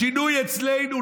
לשינוי אצלנו,